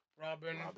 Robin